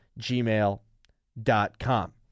gmail.com